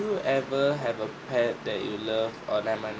have you ever have a pet that you love oh never mind